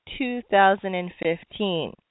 2015